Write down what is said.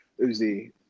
Uzi